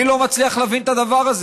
אני לא מצליח להבין את הדבר הזה,